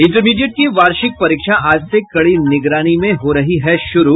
intermediate की वार्षिक परीक्षा आज से कड़ी निगरानी में हो रही है शुरू